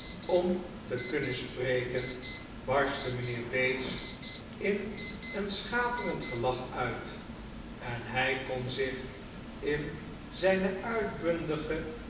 om te kunnen spreken barstte mijnheer bates in een schaterend gelach uit en hij kon zich in zijne